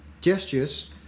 Gestures